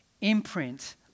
imprint